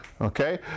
Okay